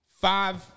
five